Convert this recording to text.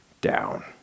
down